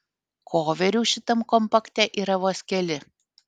koverių šitam kompakte yra vos keli